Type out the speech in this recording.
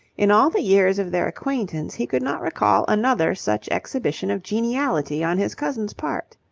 in all the years of their acquaintance he could not recall another such exhibition of geniality on his cousin's part.